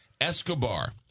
Escobar